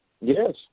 Yes